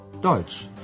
Deutsch